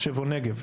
מחשבונגב,